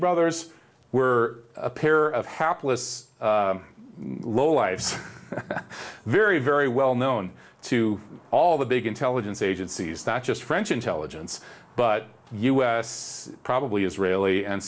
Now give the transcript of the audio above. brothers were a pair of hapless lowlives very very well known to all the big intelligence agencies not just french intelligence but u s probably israeli and